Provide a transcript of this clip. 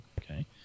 Okay